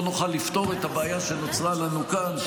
לא נוכל לפתור את הבעיה שנוצרה לנו כאן,